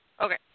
Okay